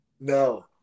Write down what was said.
No